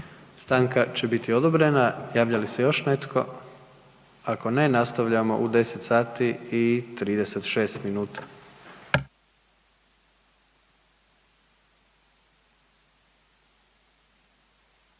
Stanka će biti odobrena. Javlja li se još netko? Ako ne, nastavljamo u 10 sati i 36 minuta.